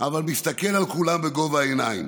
אבל מסתכל על כולם בגובה העיניים,